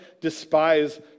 despise